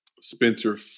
Spencer